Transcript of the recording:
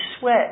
sweat